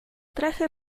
traje